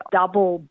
double